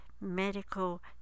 medical